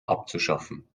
abzuschaffen